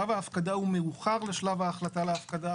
שלב ההפקדה הוא מאוחר לשלב ההחלטה על ההפקדה